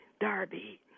Darby